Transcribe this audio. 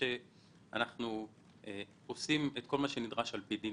חושב שאנחנו עושים את כל מה שנדרש על פי דין,